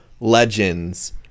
Legends